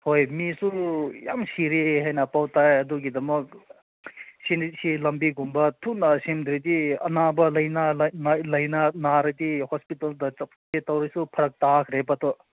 ꯍꯣꯏ ꯃꯤꯁꯨ ꯌꯥꯝ ꯁꯤꯔꯦ ꯍꯥꯏꯅ ꯄꯥꯎ ꯇꯥꯏ ꯑꯗꯨꯒꯤꯗꯃꯛ ꯁꯤꯅ ꯁꯤ ꯂꯝꯕꯤꯒꯨꯝꯕ ꯊꯨꯅ ꯁꯦꯝꯗ꯭ꯔꯗꯤ ꯑꯅꯥꯕ ꯂꯥꯏꯅꯥ ꯂꯥꯏꯅꯥ ꯅꯥꯔꯗꯤ ꯍꯣꯁꯄꯤꯇꯥꯜꯗ ꯆꯠꯀꯦ ꯇꯧꯔꯁꯨ ꯐꯔꯛ ꯇꯥꯈ꯭ꯔꯦꯕ ꯑꯗꯣ